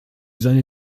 seine